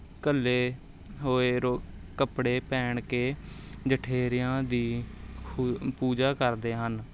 ਘੱਲੇ ਹੋਏ ਕੱਪੜੇ ਪਹਿਨ ਕੇ ਜਠੇਰਿਆਂ ਦੀ ਪੂਜਾ ਕਰਦੇ ਹਨ